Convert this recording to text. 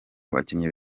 abakinnyi